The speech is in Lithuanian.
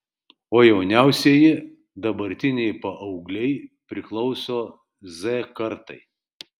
o jauniausieji dabartiniai paaugliai priklauso z kartai